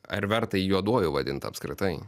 ar verta jį juoduoju vadint apskritai